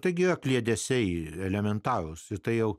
taigi kliedesiai elementarūs tai jau